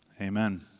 Amen